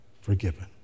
forgiven